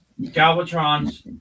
galvatron's